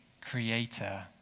creator